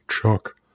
Chuck